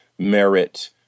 merit